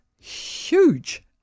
huge